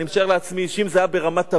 אני משער לעצמי שאם זה היה ברמת-אביב,